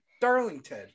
Darlington